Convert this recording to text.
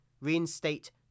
reinstate